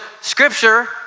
scripture